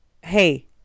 hey